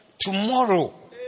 tomorrow